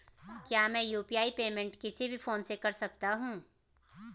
क्या मैं UPI payment किसी भी फोन से कर सकता हूँ?